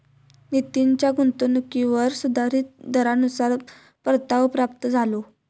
नितीनच्या गुंतवणुकीवर सुधारीत दरानुसार परतावो प्राप्त झालो